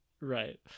right